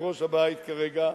יושב-ראש הבית כרגע,